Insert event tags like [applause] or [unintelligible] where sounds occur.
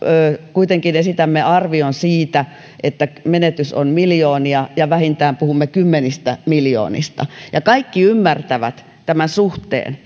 kuitenkin esitämme arvion siitä että menetys on miljoonia ja vähintään puhumme kymmenistä miljoonista kaikki ymmärtävät tämän suhteen [unintelligible]